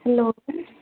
hello